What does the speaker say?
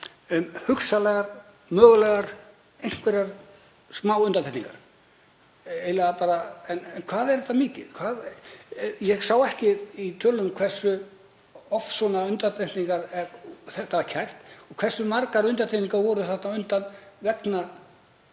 hugsanlegar, mögulegar, einhverjar smá undantekningar, en hvað er þetta mikið? Ég sá ekki í tölum hversu oft svona var kært og hversu margar undantekningar voru þarna á undan vegna